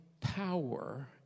power